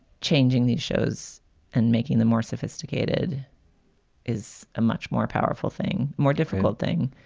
changing these shows and making them more sophisticated is a much more powerful thing, more difficult thing.